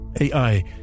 AI